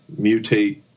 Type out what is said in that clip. mutate